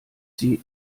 sie